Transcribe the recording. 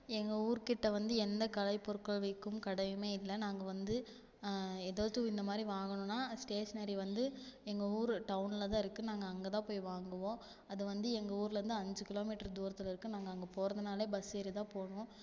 எங்கள் ஊர்கிட்ட வந்து எந்த கலை பொருட்கள் விற்கும் கடையும் இல்லை நாங்கள் வந்து எதாவது இந்த மாதிரி வாங்கணுன்னா ஸ்டேஸ்னரி வந்து எங்கள் ஊர் டவுனில் தான்ருக்கு நாங்கள் அங்கே தான் போய் வாங்குவோம் அதை வந்து எங்கள் ஊர்லேந்து அஞ்சு கிலோ மீட்டரு தூரத்தில் இருக்குது நாங்கள் அங்கே போகிறதுனால பஸ் ஏறி தான் போகனும்